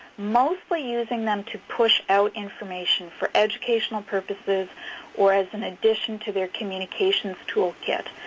mostly using them to push out information for educational purposes or as an addition to their communications tool kit.